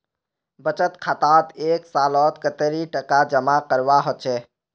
बचत खातात एक सालोत कतेरी टका जमा करवा होचए?